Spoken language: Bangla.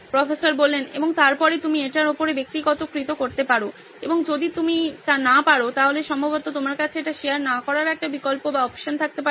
প্রফেসর এবং তারপরে তুমি এটির উপরে ব্যক্তিগতকৃত করতে পারো এবং যদি তুমি না পারো তাহলে সম্ভবত তোমার কাছে এটি শেয়ার না করার একটি বিকল্প থাকতে পারে